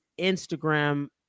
Instagram